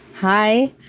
Hi